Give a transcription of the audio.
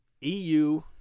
EU